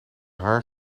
haar